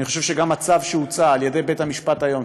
אני חושב שגם הצו שהוצא על-ידי בית-המשפט העליון,